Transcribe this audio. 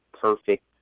perfect